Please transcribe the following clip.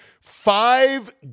Five